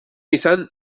izan